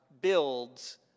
builds